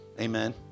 Amen